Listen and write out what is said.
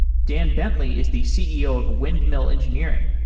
dan bentley is the ceo of windmill engineering,